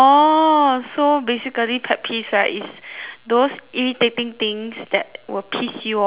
so basically pet peeves right is those irritating things that will piss you off